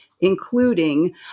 including